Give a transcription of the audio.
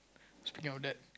speaking of that